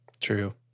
True